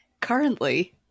Currently